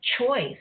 choice